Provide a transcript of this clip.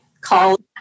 called